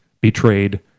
betrayed